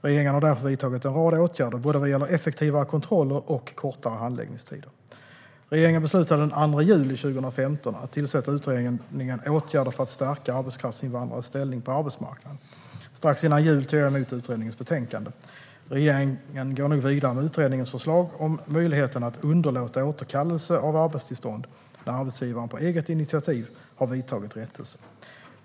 Regeringen har därför vidtagit en rad åtgärder både vad gäller effektivare kontroller och kortare handläggningstider. Regeringen beslutade den 2 juli 2015 att tillsätta utredningen Åtgärder för att stärka arbetskraftsinvandrares ställning på arbetsmarknaden. Strax före jul tog jag emot utredningens betänkande. Regeringen går nu vidare med utredningens förslag om möjligheten att underlåta återkallelse av arbetstillstånd när arbetsgivaren på eget initiativ har vidtagit rättelse.